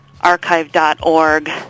archive.org